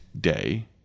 day